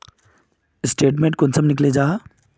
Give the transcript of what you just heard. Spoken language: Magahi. स्टेटमेंट कुंसम निकले जाहा?